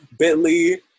Bitly